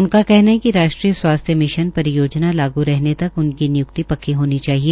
उनका कहना ह राष्ट्रीय स्वास्थ्य मिशन परियोजना लागू रहने तक उनकी निय्क्ति पक्की होनी चाहिए